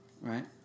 Right